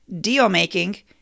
deal-making